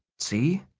see?